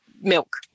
milk